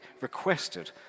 requested